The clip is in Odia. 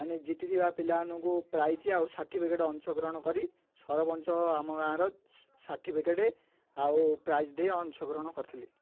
ମାନେ ଜିତିଥିବା ପିଲାମାନଙ୍କୁ ପ୍ରାଇଜ ଆଉ ସାର୍ଟିଫିକେଟ ଅଂଶ ଗ୍ରହଣ କରି ସରପଞ୍ଚ ଆମ ଗାଁର ସାର୍ଟିଫିକେଟ ଆଉ ପ୍ରାଇଜ ଦେଇ ଅଂଶ ଗ୍ରହଣ କରିଥିଲେ